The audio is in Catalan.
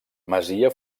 masia